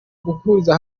guhuriza